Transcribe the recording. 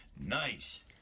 Nice